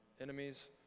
enemies